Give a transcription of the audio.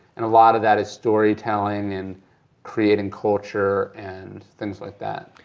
and a lot of that is storytelling, and creating culture and things like that.